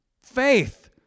Faith